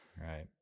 Right